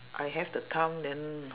I have the time then